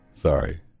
sorry